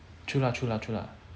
true lah true lah true lah